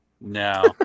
No